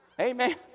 Amen